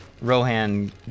Rohan